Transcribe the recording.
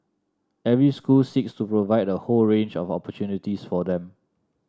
every school seeks to provide a whole range of opportunities for them